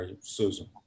Susan